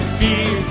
fear